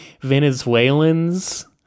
Venezuelans